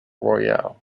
royale